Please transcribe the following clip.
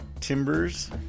Timbers